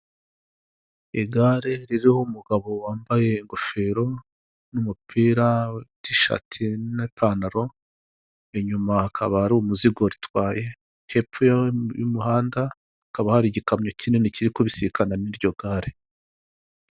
Igare ririho umugabo wambaye ingofero n'umupira wa tishati n'ipantaro inyuma hakaba hari umuzigo ritwaye, hepfo y'umuhanda hakaba hari igikamyo kinini kiri kubisikana n'iryo gare.